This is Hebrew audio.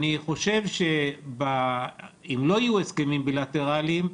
אני חושב שאם לא יהיו הסכמים בילטראליים,